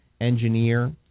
engineer